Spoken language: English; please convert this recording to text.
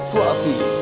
Fluffy